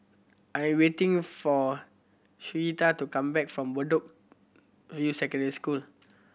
I am waiting for Sherita to come back from Bedok View Secondary School